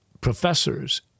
professors